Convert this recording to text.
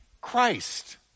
Christ